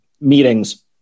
meetings